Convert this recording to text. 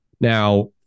Now